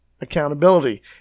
accountability